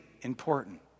important